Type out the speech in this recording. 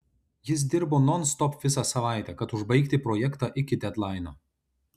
jis dirbo nonstop visą savaitę kad užbaigti projektą iki dedlaino